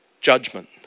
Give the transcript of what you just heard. judgment